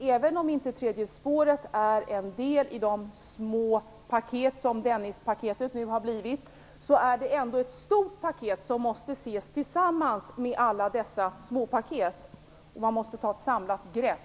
Även om tredje spåret inte är en del av de små paket som Dennispaketet nu har blivit är det ett stort paket som måste ses tillsammans med alla dessa småpaket - man måste ta ett samlat grepp.